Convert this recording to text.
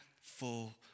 full